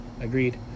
Agreed